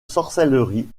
sorcellerie